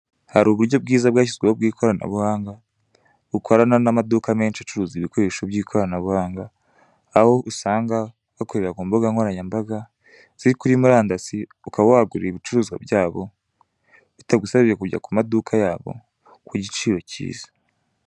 Hari uburyo bwiza bwashyizweho bw'ikoranabuhanga, bukorana n'amaduka menshi acuruza ibikoresho by'ikoranabuhanga, aho usanga bakorera ku mbuga nkoranyambaga ziri kuri murandasi ukaba wahagurira ibicuruzwa byabo, bitagusabye kujya ku maduka yabo ku giciro cyiza.